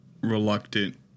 reluctant